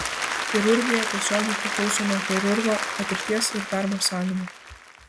chirurgija tiesiogiai priklauso nuo chirurgo patirties ir darbo sąlygų